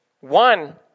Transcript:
one